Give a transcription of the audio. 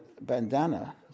bandana